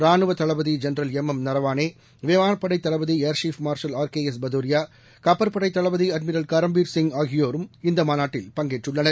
ரானுவதளபதிஜெனரல் M M Naravane விமானப்படதளபதிஏாஷிப் marshal R K S Bhadauria கப்பற்படைதளபதிஅட்மிரல் கரம்பீர்சிங் ஆகியோரும் இந்தமாநாட்டில் பங்கேற்றுள்ளனர்